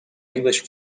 english